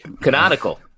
Canonical